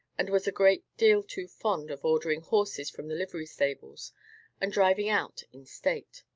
and was a great deal too fond of ordering horses from the livery stables and driving out in state.